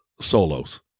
solos